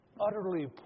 utterly